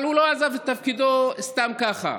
אבל הוא לא עזב את תפקידו סתם ככה,